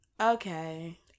okay